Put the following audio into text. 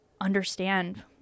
understand